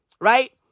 Right